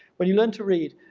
when you learn to read,